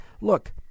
Look